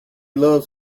loves